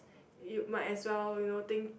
you might as well think